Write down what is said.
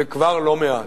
זה כבר לא מעט.